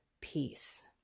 peace